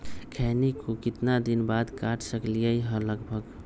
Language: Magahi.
खैनी को कितना दिन बाद काट सकलिये है लगभग?